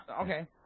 okay